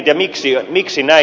ja miksi näin